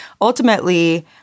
ultimately